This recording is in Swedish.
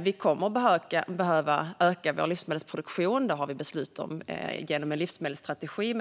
Vi kommer att behöva öka vår livsmedelsproduktion. Det har vi beslutat om genom en livsmedelsstrategi.